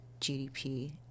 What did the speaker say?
GDP